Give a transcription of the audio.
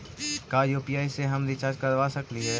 का यु.पी.आई से हम रिचार्ज करवा सकली हे?